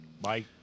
Bye